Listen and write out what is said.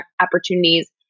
opportunities